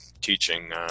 teaching